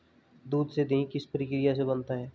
दूध से दही किस प्रक्रिया से बनता है?